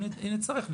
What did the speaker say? אם נצטרך,